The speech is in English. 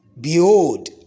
behold